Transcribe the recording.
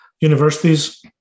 Universities